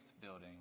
building